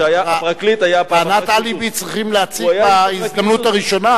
טענת אליבי צריך להציג בהזדמנות הראשונה,